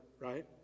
right